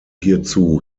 hierzu